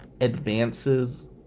advances